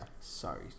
Sorry